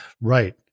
Right